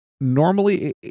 normally